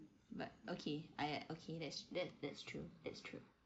but okay I okay that's that's that's true that's true